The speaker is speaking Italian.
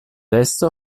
esso